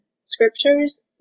scriptures